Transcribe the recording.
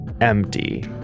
empty